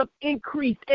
increase